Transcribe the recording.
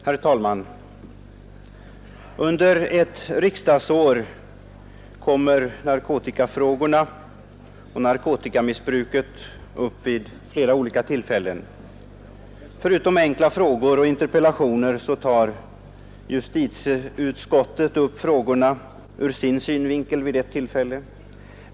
Herr talman! Under ett riksdagsår kommer frågorna om narkotikamissbruket upp vid flera olika tillfällen. Förutom att det sker i samband med enkla frågor och interpellationer tar justitieutskottet upp frågorna ur sin synvinkel vid ett tillfälle.